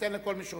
אתן לכל מי שרוצה.